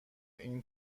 این